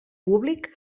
públic